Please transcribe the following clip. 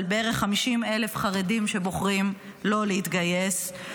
בערך 50,000 חרדים שבוחרים לא להתגייס.